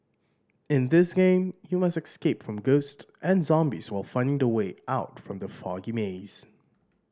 in this game you must escape from ghost and zombies while finding the way out from the foggy maze